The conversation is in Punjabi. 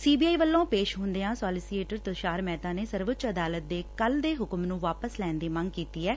ਸੀ ਬੀ ਆਈ ਵੱਲੋ ਪੇਂਸ਼ ਹੂੰਦਿਆ ਸੋਲੀਸੀਏਟਰ ਤੁਸ਼ਾਰ ਮਹਿਤਾ ਨੇ ਸਰਵਉੱਚ ਅਦਾਲਤ ਦੇ ਕੱਲ੍ਹ ਦੇ ਹੁਕਮ ਨੂੰ ਵਾਪਸ ਲੈਣ ਦੀ ਮੰਗ ਕੀਤੀ ਐ